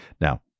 Now